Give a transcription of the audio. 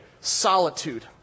Solitude